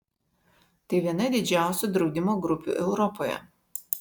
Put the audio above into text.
tai viena didžiausių draudimo grupių europoje